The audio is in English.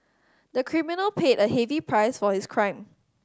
the criminal paid a heavy price for his crime